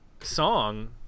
song